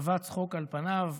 בבת צחוק על פניו: